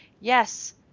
yes